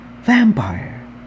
vampire